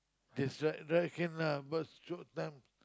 that's right right can lah but short time